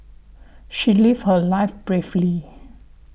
she lived her life bravely